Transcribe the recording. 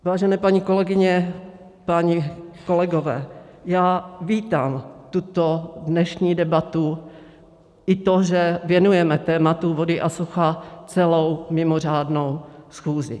Vážené paní kolegyně, páni kolegové, já vítám tuto dnešní debatu i to, že věnujeme tématu vody a sucha celou mimořádnou schůzi.